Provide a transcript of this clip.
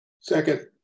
Second